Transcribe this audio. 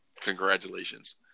Congratulations